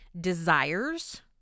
desires